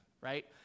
right